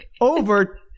over